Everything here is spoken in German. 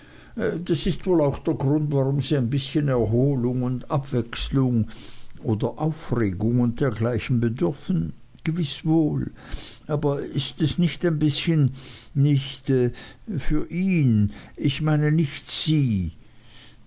das ist wohl auch der grund warum sie ein bißchen erholung und abwechslung oder aufregung und dergleichen bedürfen gewiß wohl aber ist es nicht ein bißchen nicht für ihn ich meine nicht sie